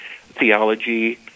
theology